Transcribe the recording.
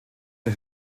der